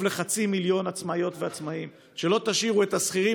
לחצי מיליון עצמאיות ועצמאים ושלא תשאירו את השכירים